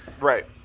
Right